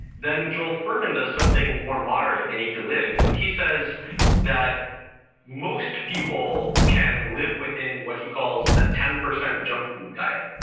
then joel fuhrman does something more moderate in eat to live. he says that most people can live within what he calls a ten percent junk food diet.